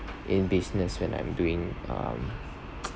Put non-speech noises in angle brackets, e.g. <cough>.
in business when I'm doing um <noise>